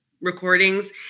recordings